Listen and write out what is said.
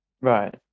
Right